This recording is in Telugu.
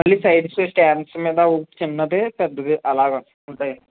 మళ్లీ సైడ్సు స్టాండ్స్ మీదా ఒకటి చిన్నది పెద్దది అలాగ ఉంటాయండి